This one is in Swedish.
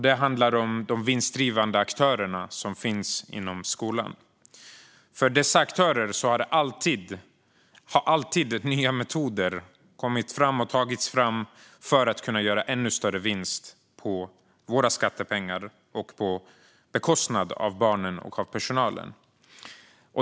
Det handlar om de vinstdrivande aktörerna som finns inom skolan. För dessa aktörer har alltid nya metoder tagits fram för att kunna göra ännu större vinst på våra skattepengar och på bekostnad av barnen och personalen.